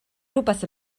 rhywbeth